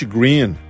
Green